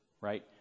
right